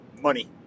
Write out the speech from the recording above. money